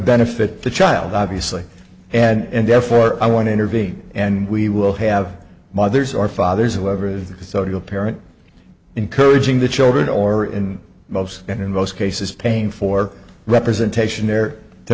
benefit the child obviously and therefore i want to intervene and we will have mothers or fathers of whatever the social parent encouraging the children or in most in most cases paying for representation there to